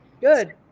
Good